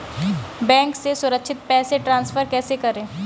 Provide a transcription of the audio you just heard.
Bank से सुरक्षित पैसे ट्रांसफर कैसे करें?